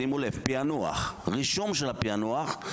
ברישום של הפענוח,